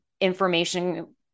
information